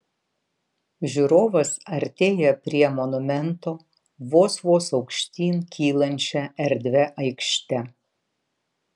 žiūrovas artėja prie monumento vos vos aukštyn kylančia erdvia aikšte